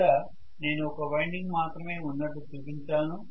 ఇక్కడ నేను ఒక వైండింగ్ మాత్రమే ఉన్నట్లు చూపించాను